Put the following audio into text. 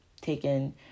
taken